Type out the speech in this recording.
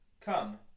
Come